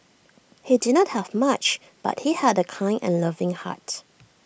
he did not have much but he had A kind and loving heart